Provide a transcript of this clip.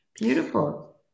Beautiful